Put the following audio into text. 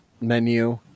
menu